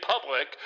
public